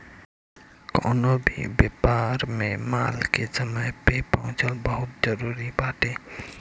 कवनो भी व्यापार में माल के समय पे पहुंचल बहुते जरुरी बाटे